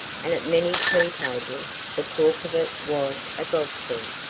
and at many tea-tables the talk of it was a god-send.